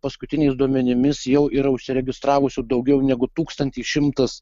paskutiniais duomenimis jau yra užsiregistravusių daugiau negu tūkstantį šimtas